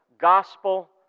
gospel